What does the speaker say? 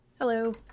Hello